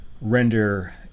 render